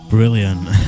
Brilliant